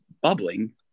bubbling